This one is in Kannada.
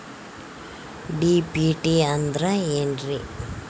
ಡಿ.ಬಿ.ಟಿ ಅಂದ್ರ ಏನ್ರಿ?